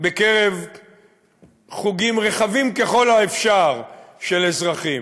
בקרב חוגים רחבים ככל האפשר של אזרחים,